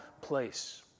place